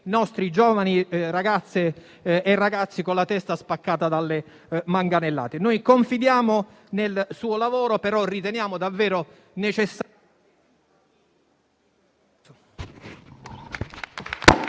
nostri giovani - ragazze e ragazzi - con la testa spaccata dalle manganellate. Noi confidiamo nel suo lavoro, ma riteniamo davvero necessari...